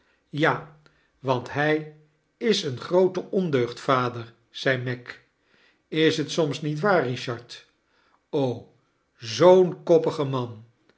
ja want hij is een groote ondeugd vader zei meg is t soms niet waar richard o zoo'n koppige man